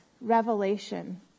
revelation